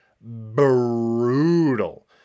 brutal